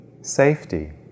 safety